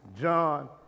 John